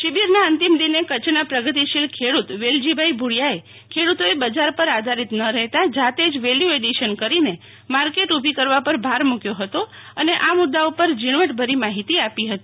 શિબિરના અંતિમ દિને કચ્છના પ્રગતિશીલ ખેડૂત વેલજીભાઈ ભુડીયાએ ખેડૂતોએ બજાર પર આધારિત ન રહેતાં જાતે જ વેલ્યુ એડીશન કરીને મારકેટ ઉભી કરવા પર ભાર મુકથો હતો અને આ મુદાઓ પર ઝીણવટભરી માહિતી આપી હતી